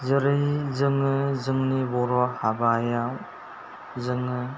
जेरै जोङो जोंनि बर' हाबायाव जोङो